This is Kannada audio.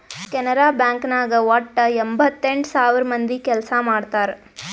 ಕೆನರಾ ಬ್ಯಾಂಕ್ ನಾಗ್ ವಟ್ಟ ಎಂಭತ್ತೆಂಟ್ ಸಾವಿರ ಮಂದಿ ಕೆಲ್ಸಾ ಮಾಡ್ತಾರ್